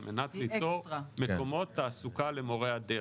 על מנת ליצור מקומות תעסוקה למורי הדרך.